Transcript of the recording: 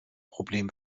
problem